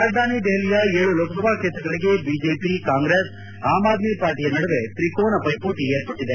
ರಾಜಧಾನಿ ದೆಹಲಿಯ ಏಳು ಲೋಕಸಭಾ ಕ್ಷೇತ್ರಗಳಿಗೆ ಬಿಜೆಪಿ ಕಾಂಗ್ರೆಸ್ ಆಮ್ ಅದ್ನಿ ಪಾರ್ಟಯ ನಡುವೆ ತ್ರಿಕೋನ ಪ್ಲೆಪೋಟ ಏರ್ಪಟ್ಟದೆ